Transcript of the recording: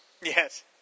Yes